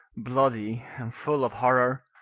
bloody and full of horror.